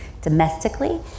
domestically